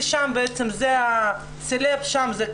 כי הסלב שם,